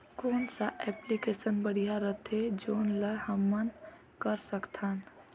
कौन सा एप्लिकेशन बढ़िया रथे जोन ल हमन कर सकथन?